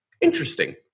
Interesting